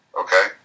Okay